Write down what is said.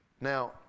Now